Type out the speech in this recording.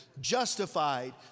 Justified